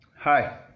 Hi